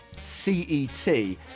CET